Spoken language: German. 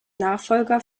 nachfolger